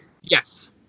Yes